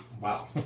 Wow